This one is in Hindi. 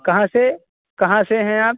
कहाँ से कहाँ से है आप